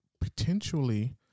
potentially